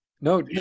No